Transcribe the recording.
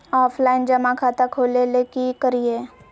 Offline जमा खाता खोले ले की करिए?